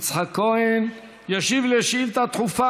יצחק כהן, וישיב לשאילתה דחופה